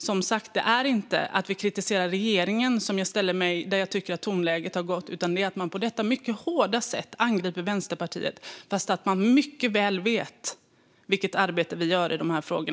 Det är inte i frågan att man kritiserar regeringen som jag reagerar på tonläget, utan det är att man på detta mycket hårda sätt angriper Vänsterpartiet fast man mycket väl vet vilket arbete vi gör i dessa frågor.